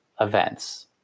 events